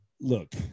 look